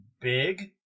Big